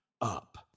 up